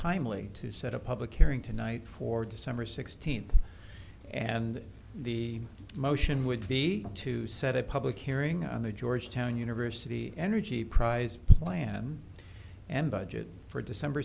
timely to set a public airing tonight for december sixteenth and the motion would be to set a public hearing on the georgetown university energy prize plan and budget for december